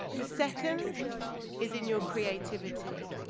the second is in your creativity.